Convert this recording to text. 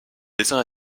dessin